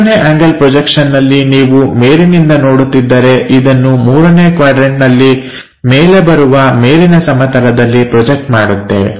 ಮೂರನೇ ಆಂಗಲ್ ಪ್ರೊಜೆಕ್ಷನ್ನಲ್ಲಿ ನೀವು ಮೇಲಿನಿಂದ ನೋಡುತ್ತಿದ್ದರೆ ಇದನ್ನು ಮೂರನೇ ಕ್ವಾಡ್ರನ್ಟನಲ್ಲಿ ಮೇಲೆ ಬರುವ ಮೇಲಿನ ಸಮತಲದಲ್ಲಿ ಪ್ರೊಜೆಕ್ಟ್ ಮಾಡುತ್ತೇವೆ